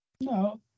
No